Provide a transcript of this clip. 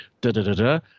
da-da-da-da